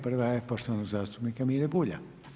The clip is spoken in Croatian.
Prva je poštovanog zastupnika Mire Bulja.